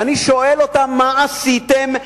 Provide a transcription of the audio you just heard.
ואני שואל אותם: מה עשיתם?